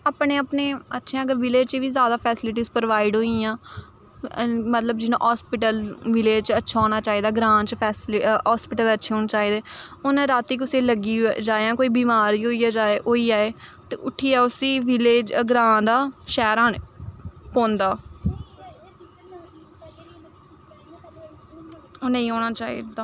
अपने अपने अच्छे ऐं अगर विलेज च बी जैदा फैसीलिटीस प्रोवाइड होई गेइयां मतलब जि'यां हास्पिटल विलेज च अच्छा होना चाहिदा ग्रां च फैस्लि हास्पिटल अच्छे होने चाहिदे हून रातीं कुसै गी लग्गी जाए जां कोई बमार गै होई गै जाए होई जाए ते उट्ठियै उस्सी विलेज ग्रां दा शैह्र औने पौंदा ओह् नेईं होना चाहिदा